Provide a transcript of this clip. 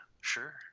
sure